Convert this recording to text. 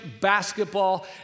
basketball